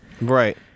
right